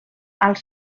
als